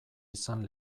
izan